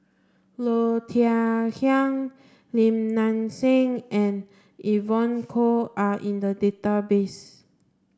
Low Thia Khiang Lim Nang Seng and Evon Kow are in the database